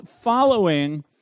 following